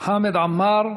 חמד עמאר,